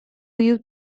you